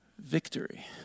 Victory